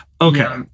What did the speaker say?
Okay